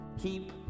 Keep